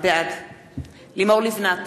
בעד לימור לבנת,